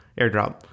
AirDrop